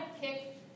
kick